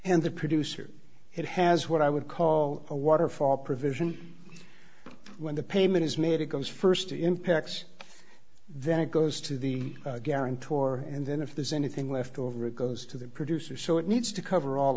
and the producer it has what i would call a waterfall provision when the payment is made it goes st to impacts then it goes to the guarantor and then if there's anything left over it goes to the producer so it needs to cover all